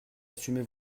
assumez